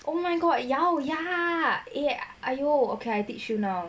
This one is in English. oh my god lao ya eh !aiyo! okay I teach you now